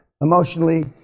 emotionally